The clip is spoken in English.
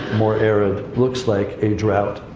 more arid, looks like a drought.